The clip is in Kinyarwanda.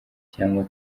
cyangwa